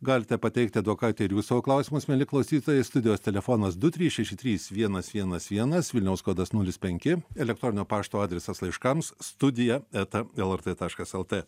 galite pateikti advokatei ir jūs savo klausimus mieli klausytojai studijos telefonas du trys šeši trys vienas vienas vienas vilniaus kodas nulis penki elektroninio pašto adresas laiškams studija eta lrt taškas lt